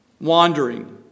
Wandering